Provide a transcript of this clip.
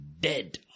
dead